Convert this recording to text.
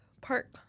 Park